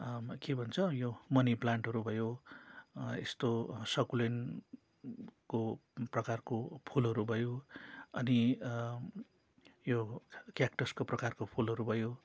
के भन्छ यो मनी प्लान्टहरू भयो यस्तो सकुलेन्टको प्रकारको फुलहरू भयो अनि यो क्याक्टसको प्रकारको फुलहरू भयो